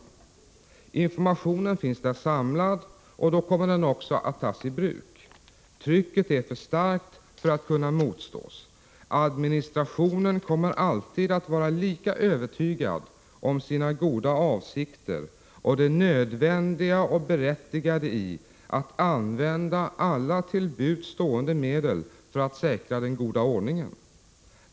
Informationen finns där samlad och då kommer den också att tas i bruk. Trycket är för starkt för att kunna motstås. Administrationen kommer alltid att vara lika övertygad om sina goda avsikter och det nödvändiga och berättigade i att använda alla till buds stående medel för att säkra den goda ordningen.